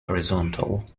horizontal